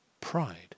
pride